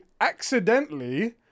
accidentally